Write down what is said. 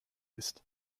ist